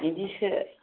बिदिसो